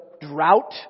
drought